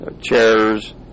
chairs